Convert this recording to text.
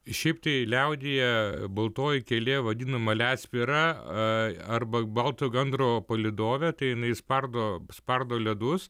šiaip tai liaudyje baltoji kielė vadinama ledspira arba baltojo gandro palydovė tai jinai spardo spardo ledus